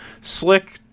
Slick